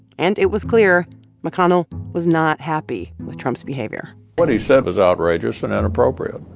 and it was clear mcconnell was not happy with trump's behavior what he said was outrageous and inappropriate,